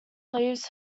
leaves